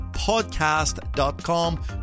podcast.com